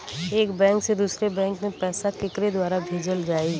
एक बैंक से दूसरे बैंक मे पैसा केकरे द्वारा भेजल जाई?